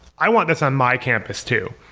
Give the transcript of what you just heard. i want this on my campus too.